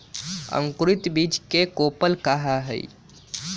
अंकुरित बीज के कोपल कहा हई